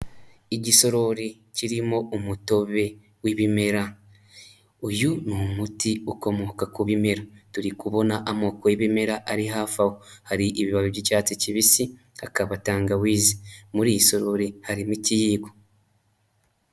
Igisorori kirimo umutobe w'ibimera uyu ni umuti ukomoka ku bimera turi kubona amoko y'ibimera ari hafi aho hari ibibabi by'icyatsi kibisi, hakaba tangawizi muri iyi sorori harimo ikiyiko.